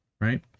Right